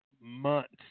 months